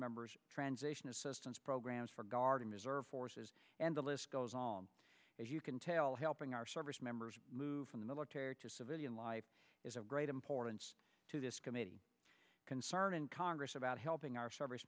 members transition assistance programs for guard and reserve forces and the list goes on as you can tell helping our service members move from the military to civilian life is of great importance to this committee concern in congress about helping our service